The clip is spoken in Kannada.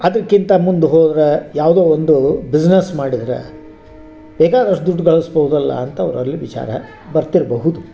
ಅದಕ್ಕಿಂತ ಮುಂದೆ ಹೋದರೆ ಯಾವುದೋ ಒಂದು ಬಿಸ್ನೆಸ್ ಮಾಡಿದರೆ ಬೇಕಾದಷ್ಟು ದುಡ್ಡು ಗಳಿಸ್ಬೋದಲ್ಲ ಅಂತ ಅವರಲ್ಲಿ ವಿಚಾರ ಬರ್ತಿರಬಹುದು